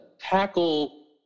tackle